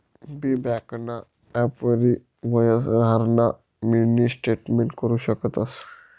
बी ब्यांकना ॲपवरी यवहारना मिनी स्टेटमेंट करु शकतंस